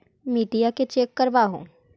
मिट्टीया के चेक करबाबहू?